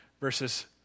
verses